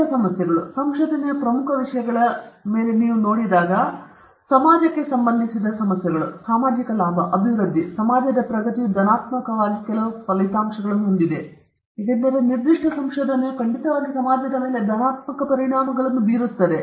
ಮತ್ತು ಇತರ ಪ್ರಮುಖ ಸಮಸ್ಯೆಗಳು ಸಂಶೋಧನೆಯ ಕೆಲವು ಪ್ರಮುಖ ವಿಷಯಗಳ ಮೇಲೆ ನೀವು ಪ್ರತಿಫಲಿಸಿದರೆ ಸಮಾಜಕ್ಕೆ ಸಂಬಂಧಿಸಿದ ಸಮಸ್ಯೆಗಳು ಸಾಮಾಜಿಕ ಲಾಭ ಅಭಿವೃದ್ಧಿ ಮತ್ತು ಸಮಾಜದ ಪ್ರಗತಿಯು ಧನಾತ್ಮಕವಾಗಿ ಕೆಲವು ಫಲಿತಾಂಶಗಳನ್ನು ಹೊಂದಿದೆ ಏಕೆಂದರೆ ನಿರ್ದಿಷ್ಟ ಸಂಶೋಧನೆಯು ಖಂಡಿತವಾಗಿ ಸಮಾಜದ ಮೇಲೆ ಕೆಲವು ಧನಾತ್ಮಕ ಪರಿಣಾಮಗಳನ್ನು ಬೀರುತ್ತದೆ